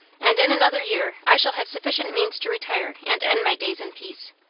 and in another year i shall have sufficient means to retire and end my days in peace.